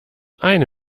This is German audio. eine